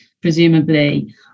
presumably